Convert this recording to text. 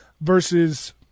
versus